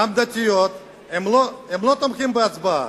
גם דתיות, הם לא תומכים בהצבעה.